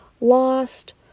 lost